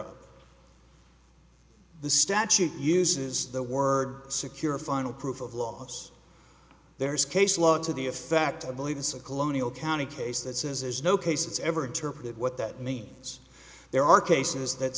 up the statute uses the word secure final proof of laws there's case law to the effect i believe it's a colonial county case that says there's no case it's ever interpreted what that means there are cases that